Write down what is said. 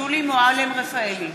שולי מועלם-רפאלי,